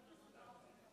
חכו ותראו.